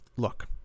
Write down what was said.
Look